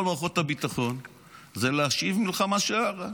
מערכות הביטחון הם כדי להשיב מלחמה שערה,